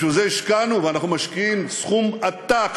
בשביל זה השקענו ואנחנו משקיעים סכום עתק,